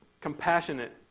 compassionate